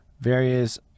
various